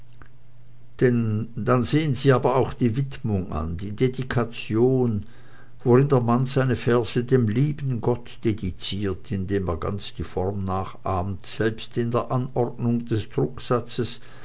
dann sehen sie aber auch die widmung an die dedikation worin der mann seine verse dem lieben gott dediziert indem er ganz die form nachahmt selbst in der anordnung des